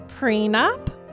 Prenup